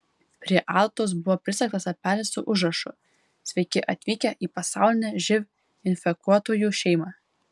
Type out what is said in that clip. prie adatos buvo prisegtas lapelis su užrašu sveiki atvykę į pasaulinę živ infekuotųjų šeimą